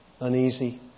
Uneasy